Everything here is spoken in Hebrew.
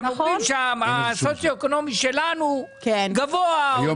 אתם אומרים שהסוציואקונומי שלנו גבוה או נמוך.